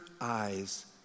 eyes